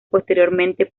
posteriormente